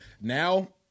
now